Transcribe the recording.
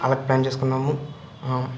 అలాగ ప్లాన్ చేసుకున్నాము